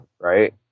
right